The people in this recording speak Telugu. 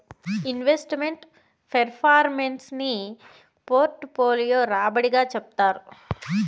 ఇన్వెస్ట్ మెంట్ ఫెర్ఫార్మెన్స్ ని పోర్ట్ఫోలియో రాబడి గా చెప్తారు